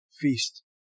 feast